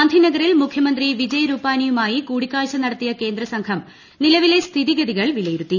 ഗാന്ധിനഗറിൽ മുഖ്യമന്ത്രി വിജയ് രൂപാനിയുമായി കൂടിക്കാഴ്ച നടത്തിയ കേന്ദ്രസംഘം നിലവിലെ സ്ഥിഗതികൾ വിലയിരുത്തി